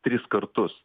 tris kartus